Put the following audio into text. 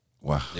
Wow